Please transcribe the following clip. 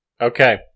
Okay